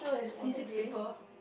physic people